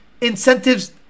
incentives